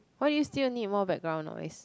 why do you still need more background noise